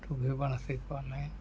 ᱛᱩᱤᱵ ᱵᱟᱲᱟ ᱠᱮᱫ ᱠᱚᱣᱟᱞᱮ